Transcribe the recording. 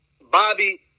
Bobby